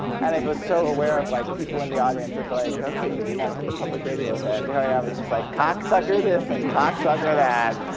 and i feel so aware of like people in the audience. it's like, ok, you came out to the public radio event. and here i ah am, it's just like cocksucker this and cocksucker that.